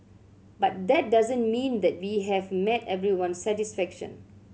but that doesn't mean that we have met everyone's satisfaction